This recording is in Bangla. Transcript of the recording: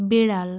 বেড়াল